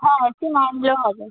হ্যাঁ এসি না হলেও হবে